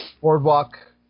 Boardwalk